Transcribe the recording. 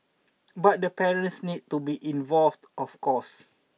but the parents need to be involved of course